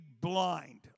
blind